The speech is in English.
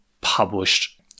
published